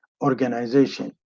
Organization